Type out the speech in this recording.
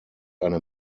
eine